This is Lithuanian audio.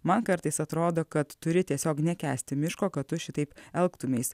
man kartais atrodo kad turi tiesiog nekęsti miško kad tu šitaip elgtumeis